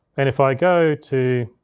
and if i go to,